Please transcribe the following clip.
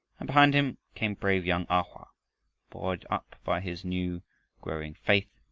and behind him came brave young a hoa, buoyed up by his new growing faith,